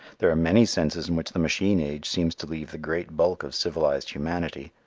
there are many senses in which the machine age seems to leave the great bulk of civilized humanity,